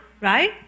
right